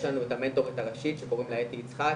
יש לנו את המנטורית הראשית שקוראים לה אתי יצחק,